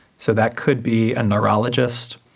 so that could be a neurologist,